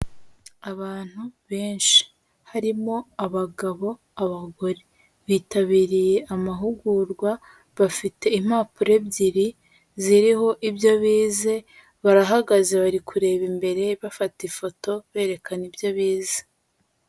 Abantu benshi harimo abagabo, abagore. Bitabiriye amahugurwa bafite impapuro ebyiri ziriho ibyo bize barahagaze bari kureba imbere bafata ifoto berekana ibyo bize.